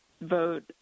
vote